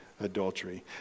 adultery